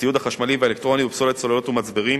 הציוד החשמלי והאלקטרוני ובפסולת סוללות ומצברים,